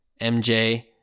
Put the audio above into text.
MJ